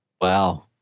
wow